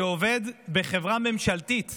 שעובד בחברה ממשלתית